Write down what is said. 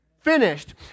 finished